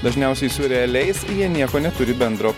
dažniausiai su realiais jie nieko neturi bendro